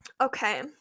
Okay